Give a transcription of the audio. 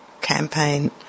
campaign